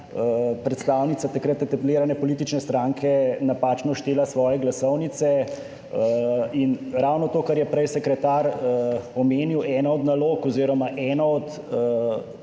predstavnica takrat etablirane politične stranke napačno štela svoje glasovnice. In ravno to, kar je prej sekretar omenil, ena od nalog oziroma eno od